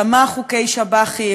כמה חוקי שב"חים,